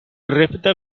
repte